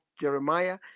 Jeremiah